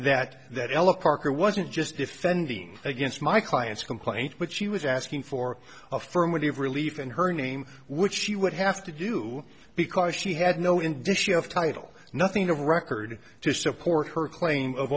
that that ella parker wasn't just defending against my client's complaint but she was asking for affirmative relief in her name which she would have to do because she had no indicia of title nothing of record to support her claim of